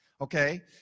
okay